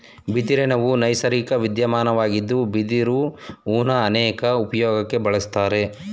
ಬಿದಿರಿನಹೂ ನೈಸರ್ಗಿಕ ವಿದ್ಯಮಾನವಾಗಿದ್ದು ಬಿದಿರು ಹೂನ ಅನೇಕ ಉಪ್ಯೋಗಕ್ಕೆ ಬಳುಸ್ತಾರೆ